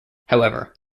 however